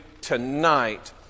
tonight